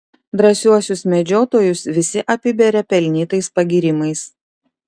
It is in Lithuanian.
drąsiuosius medžiotojus visi apiberia pelnytais pagyrimais